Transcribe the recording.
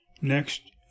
Next